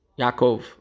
Yaakov